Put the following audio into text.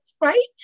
right